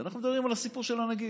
אנחנו מדברים על הסיפור של הנגיף.